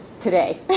today